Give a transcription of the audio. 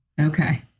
okay